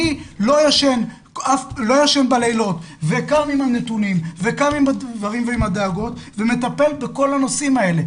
מי לא ישן בלילות וקם עם הנתונים וקם עם הדאגות ומטפל בכל הנושאים האלה?